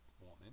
woman